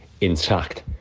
intact